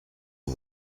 aux